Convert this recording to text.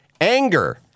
anger